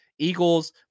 Eagles